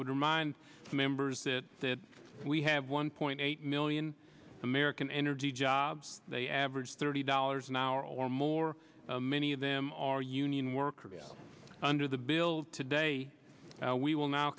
remind members that that we have one point eight million american energy jobs they average thirty dollars an hour or more many of them are union workers under the bill today we will now